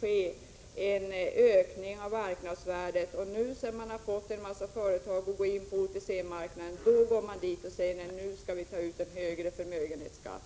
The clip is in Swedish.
ske en ökning av marknadsvärdet, och nu när man har fått en massa företag att gå in på OTC-marknaden, då säger man att nu skall vi ta ut en högre förmögenhetsskatt.